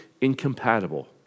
incompatible